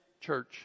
church